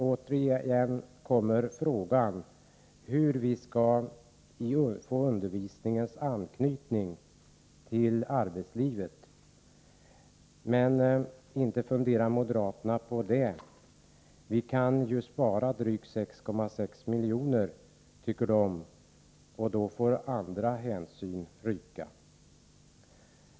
Frågan om hur undervisningen skall kunna få anknytning till arbetslivet kommer återigen in i bilden. Inte heller detta tänker moderaterna på. Vi kan ju spara drygt 6,6 miljoner, tycker de, och då får andra hänsyn ryka.